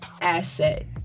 asset